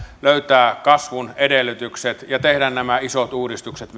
löytää kasvun edellytykset ja tehdä nämä isot uudistukset